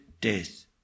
death